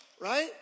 right